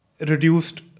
reduced